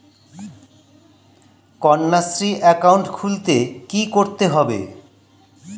Kanyashree account খুলতে কী করতে হবে?